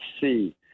see